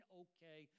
okay